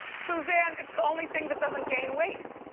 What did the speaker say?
suzanne, it's the only thing that doesn't gain weight.